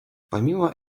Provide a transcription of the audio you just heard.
помимо